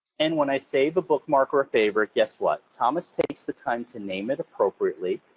and when i save a bookmark or favorite, guess what, thomas takes the time to name it appropriately,